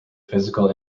physical